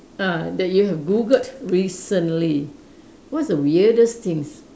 ah that you have Googled recently what is the weirdest things